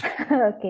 Okay